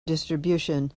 distribution